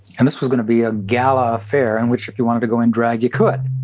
and this was going to be a gala affair in which, if you wanted to go in drag, you could.